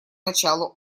началу